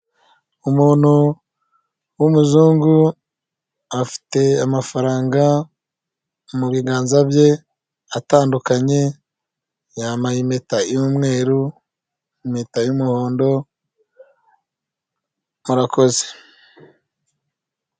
Umuntu w'umuzungu afite amafaranga mu biganza bye atandukanye yampaye impeta y'umweru impeta y'umuhondo murakoze.